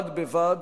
בד בבד,